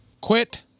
Quit